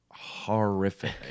horrific